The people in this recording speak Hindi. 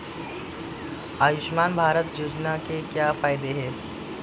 आयुष्मान भारत योजना के क्या फायदे हैं?